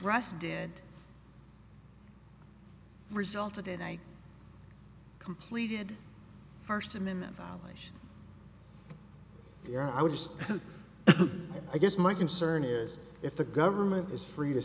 russ did resulted in i completed the first amendment violation here i would just i guess my concern is if the government is free to